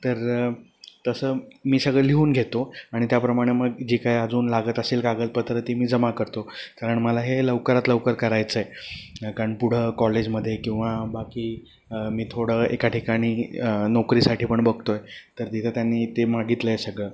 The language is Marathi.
तर तसं मी सगळं लिहून घेतो आणि त्याप्रमाणे मग जी काय अजून लागत असेल कागदपत्रं ती मी जमा करतो कारण मला हे लवकरात लवकर करायचं आहे कारण पुढं कॉलेजमध्ये किंवा बाकी मी थोडं एका ठिकाणी नोकरीसाठी पण बघतो आहे तर तिथं त्यांनी ते मागितलं आहे सगळं